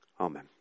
Amen